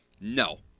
No